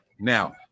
Now